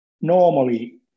normally